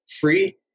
free